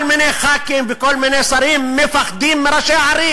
כל מיני חברי כנסת וכל מיני שרים מפחדים מראשי הערים,